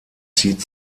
zieht